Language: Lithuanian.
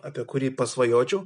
apie kurį pasvajočiau